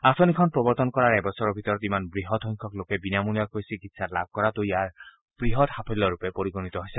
আঁচনিখন প্ৰৱৰ্তন কৰাৰ এবছৰৰ ভিতৰত ইমান বৃহৎ সংখ্যক লোকে বিনামূলীয়াকৈ চিকিৎসা লাভ কৰাটো ইয়াৰ বৃহৎ সাফল্য ৰূপে পৰিগণিত হৈছে